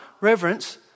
reverence